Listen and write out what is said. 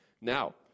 Now